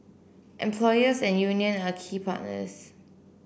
employers and union are key partners